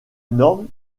norme